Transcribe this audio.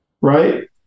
Right